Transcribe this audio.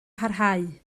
parhau